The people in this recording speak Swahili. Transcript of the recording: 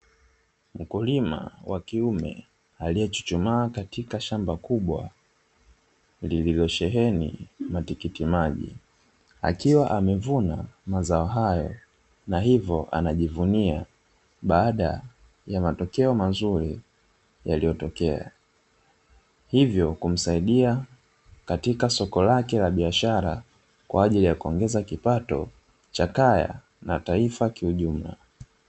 Mkulima wa kiume aliyechuchumaa katika shamba kubwa, lililosheheni matikiti maji, akiwa amevuna mazao hayo na hivyo anajivunia baada ya matokeo mazuri yaliyotokea, hivyo kumsaidia katika soko lake la biashara, kwa ajili ya kuongeza kipato cha kaya na taifa kiujumla.